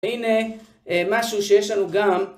הנה משהו שיש לנו גם